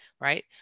right